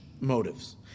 motives